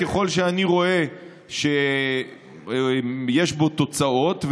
מכיוון שאני רואה שיש בו תוצאות,